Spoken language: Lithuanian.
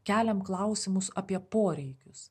keliam klausimus apie poreikius